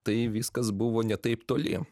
tai viskas buvo ne taip toli